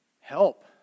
help